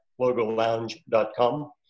logolounge.com